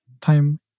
time